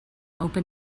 open